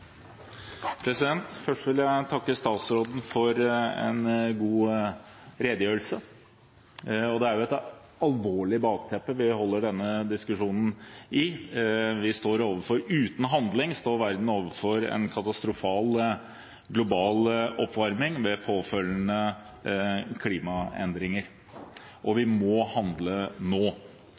et alvorlig bakteppe vi har denne diskusjonen. Uten handling står verden overfor en katastrofal, global oppvarming, med påfølgende klimaendringer. Vi må handle nå!